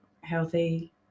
healthy